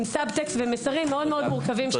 עם Subtext ומסרים מאוד מורכבים.